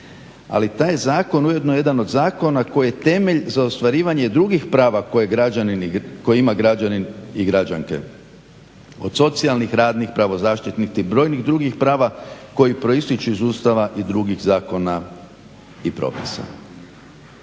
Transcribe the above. Ali taj zakon je ujedno jedan od zakona koji je temelj za ostvarivanje i drugih prava koje ima građanin i građanke. Od socijalnih, radnih, pravnih, zaštitnih te brojnih drugih prava koja proistječu iz Ustava i drugih zakona i propisa.